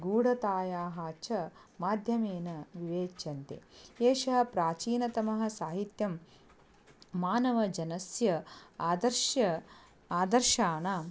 गूढतायाः च माध्यमेन विवेच्यन्ते एषः प्राचीनतमः साहित्यं मानवजनस्य आदर्शः आदर्शाणां